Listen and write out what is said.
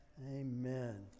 Amen